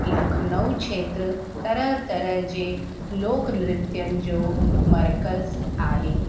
लखनऊ खेत्र तरह तरह जे जे लोक नृत्यनि जो मर्कज़ु आहे